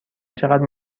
چقدر